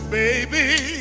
baby